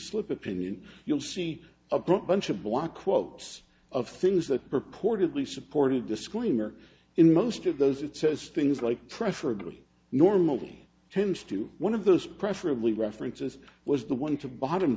slip opinion you'll see a bunch of blah quotes of things that purportedly support a disclaimer in most of those it says things like preferably normal terms to one of those preferably references was the one to bottom